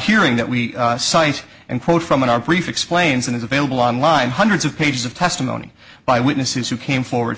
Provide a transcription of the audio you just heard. hearing that we cite and quote from in our brief explains and is available online hundreds of pages of testimony by witnesses who came forward to